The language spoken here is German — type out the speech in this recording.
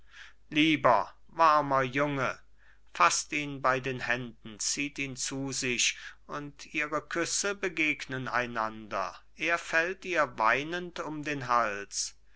lieber warmer junge faßt ihn bei den händen zieht ihn zu sich und ihre küsse begegnen einander er fällt ihr weinend um den hals